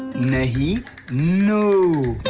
no no.